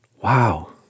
wow